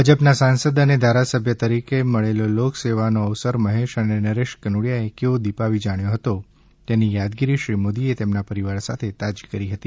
ભાજપના સાંસદ અને ધારાસભ્ય તરીકે મળેલો લોક સેવાનો અવસર મહેશ અને નરેશ કનોડિયાએ કેવો દીપાવી જાણ્યો હતો તેની યાદગીરી શ્રી મોદી એ તેમના પરિવાર સાથે તાજી કરી હતી